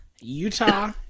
Utah